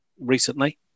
recently